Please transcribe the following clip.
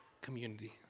community